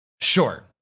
Sure